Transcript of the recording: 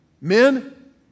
Men